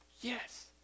Yes